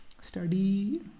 study